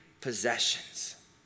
possessions